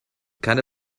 keine